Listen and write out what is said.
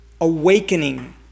awakening